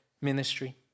ministry